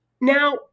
Now